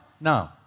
no